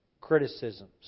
criticisms